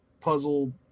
Puzzle